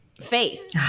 Faith